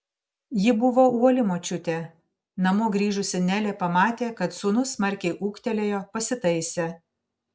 ji buvo uoli močiutė namo grįžusi nelė pamatė kad sūnus smarkiai ūgtelėjo pasitaisė